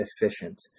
efficient